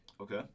Okay